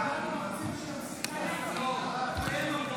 הוספת עיקרון השוויון בפני החוק ועיגון מעמדה של מגילת העצמאות),